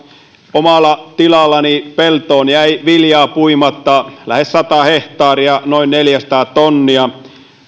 omalla tilallani peltoon jäi viljaa puimatta lähes sata hehtaaria noin neljäsataa tonnia